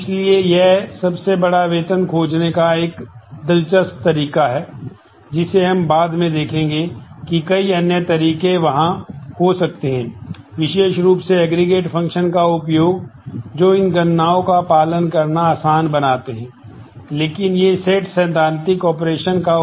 इसलिए यह सबसे बड़ा वेतन खोजने का एक दिलचस्प तरीका है जिसे हम बाद में देखेंगे कि कई अन्य तरीके वहाँ हो सकते हैं विशेष रूप से एग्रीगेट फ़ंक्शन का